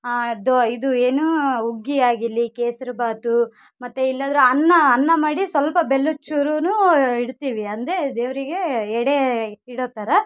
ಅದು ಇದು ಏನು ಹುಗ್ಗಿ ಆಗಿರಲಿ ಕೇಸ್ರಿ ಭಾತು ಮತ್ತು ಇಲ್ಲದ್ರೆ ಅನ್ನ ಅನ್ನ ಮಾಡಿ ಸ್ವಲ್ಪ ಬೆಲ್ಲದ ಚೂರೂನೂ ಇಡ್ತೀವಿ ಅಂದರೆ ದೇವರಿಗೆ ಎಡೆ ಇಡೊ ಥರ